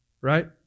right